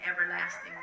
everlasting